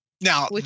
Now